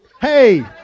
Hey